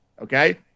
Okay